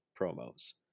promos